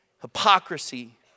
Hypocrisy